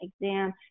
exam